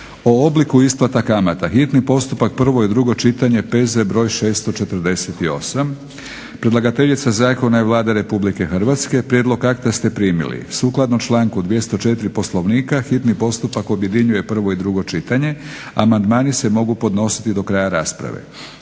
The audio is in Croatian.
u obliku isplata kamata, hitni postupak, prvo i drugo čitanje, P.Z. br. 648; Predlagateljica Zakona je Vlada RH. Prijedlog akta ste primili. Sukladno članku 204. Poslovnika hitni postupak objedinjuje prvo i drugo čitanje. Amandmani se mogu podnositi do kraja rasprave.